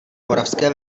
moravské